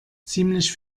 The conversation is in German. ziemlich